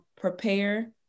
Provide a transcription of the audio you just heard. prepare